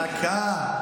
דקה, דקה,